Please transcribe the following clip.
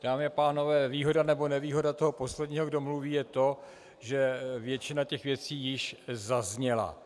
Dámy a pánové, výhoda nebo nevýhoda toho posledního, kdo mluví, je to, že většina těch věcí již zazněla.